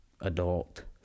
adult